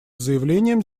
заявлением